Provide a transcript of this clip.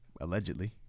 Allegedly